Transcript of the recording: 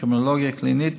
קרימינולוגיה קלינית,